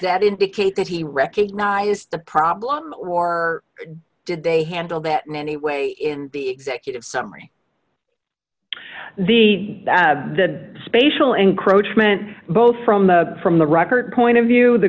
that indicate that he recognized the problem or did they handle that in any way in the executive summary the spatial encroachment both from the from the record point of view the